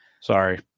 Sorry